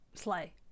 slay